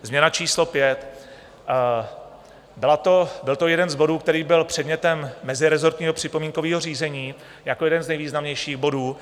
Změna číslo pět byl to jeden z bodů, který byl předmětem mezirezortního připomínkového řízení jako jeden z nejvýznamnějších bodů.